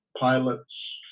pilots